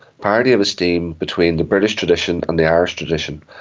parity of esteem between the british tradition and the irish tradition.